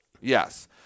Yes